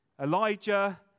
Elijah